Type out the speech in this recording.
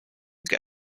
get